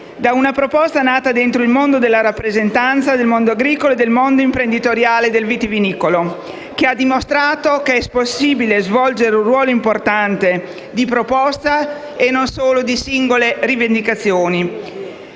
da una proposta nata dentro la rappresentanza del mondo agricolo e imprenditoriale del vitivinicolo, che ha dimostrato come sia possibile svolgere un ruolo importante di proposta e non solo di singole rivendicazioni